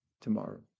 tomorrow